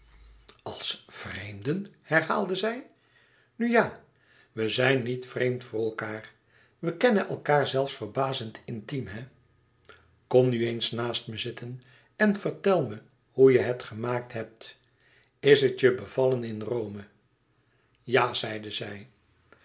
vreemden herhaalde zij nou ja we zijn niet vreemd voor elkaâr we kennen elkaâr zelfs verbazend intiem hè kom nu eens naast me zitten en vertel me hoe je het gemaakt hebt is het je bevallen in rome ja zeide zij